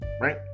right